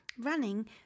running